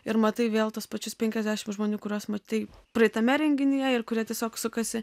ir matai vėl tuos pačius penkiasdešim žmonių kuriuos matei praeitame renginyje ir kurie tiesiog sukasi